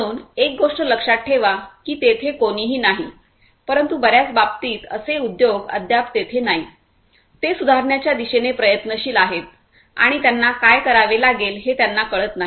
म्हणून एक गोष्ट लक्षात ठेवा की तेथे कोणीही नाही परंतु बर्याच बाबतीत असे उद्योग अद्याप तेथे नाहीत ते सुधारण्याच्या दिशेने प्रयत्नशील आहेत आणि त्यांना काय करावे लागेल हे त्यांना कळत नाही